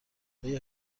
آیا